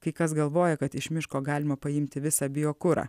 kai kas galvoja kad iš miško galima paimti visą biokurą